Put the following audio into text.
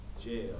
Jail